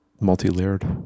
multi-layered